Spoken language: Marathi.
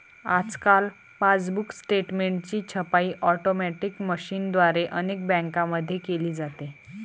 आजकाल पासबुक स्टेटमेंटची छपाई ऑटोमॅटिक मशीनद्वारे अनेक बँकांमध्ये केली जाते